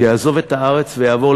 יעזוב את הארץ ויעבור,